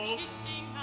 kissing